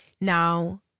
Now